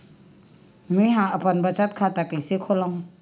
मेंहा अपन बचत खाता कइसे खोलव?